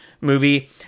movie